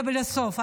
ולסוף,